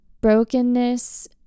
brokenness